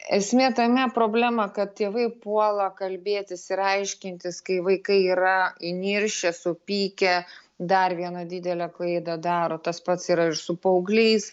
esmė tame problema kad tėvai puola kalbėtis ir aiškintis kai vaikai yra įniršę supykę dar vieną didelę klaidą daro tas pats yra ir su paaugliais